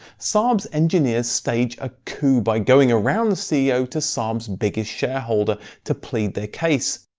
saab's engineers staged a coup by going around the ceo to saab's biggest shareholder to plead their case.